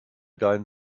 deinen